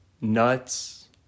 Nuts